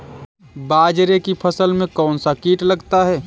बाजरे की फसल में कौन सा कीट लगता है?